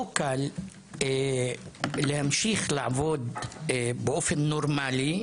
לא קל להמשיך לעבוד באופן נורמלי,